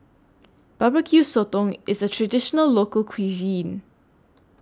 Barbecue Sotong IS A Traditional Local Cuisine